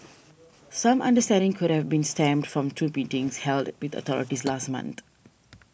some understanding could have been stemmed from two meetings held with the authorities last month